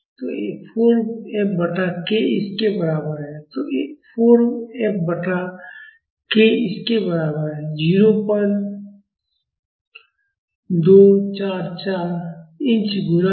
तो 4 F बटा k इस के बराबर है तो 4 F बटा k इस के बराबर है 0244 इंच गुणा के साथ